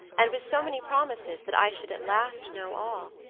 and with so many promises that i should at last know all,